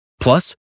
Plus